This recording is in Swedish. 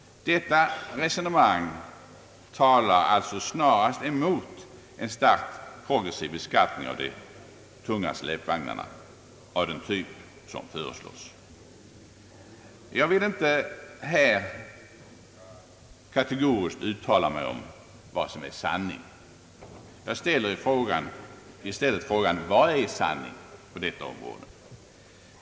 Detta resonemang talar alltså snarast emot en stark progressiv beskattning av de tunga släpvagnarna av den typ som föreslås. Jag vill inte här kategoriskt uttala mig om vad som är sanning utan ställer frågan: Vad är sanning på detta område?